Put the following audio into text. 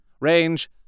Range